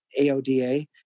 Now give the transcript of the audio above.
AODA